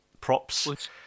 props